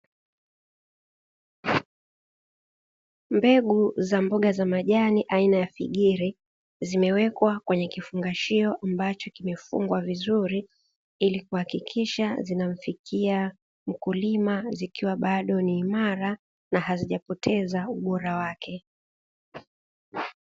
Mbegu za mboga za majani aina ya figiri zimewekwa kwenye kifungashio ambacho kimefungwa vizuri, ili kuhakikisha zinamfikia mkulima zikiwa bado ni imara na hazija poteza ubora wake.